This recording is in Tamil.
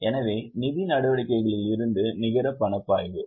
எனவே நிதி நடவடிக்கைகளில் இருந்து நிகர பணப்பாய்வு 9